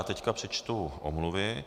Teď přečtu omluvy.